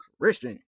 Christian